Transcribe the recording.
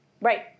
Right